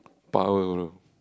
power bro